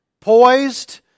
poised